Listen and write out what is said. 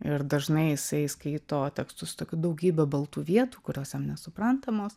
ir dažnai jisai skaito tekstus tokių daugybė baltų vietų kurios jam nesuprantamos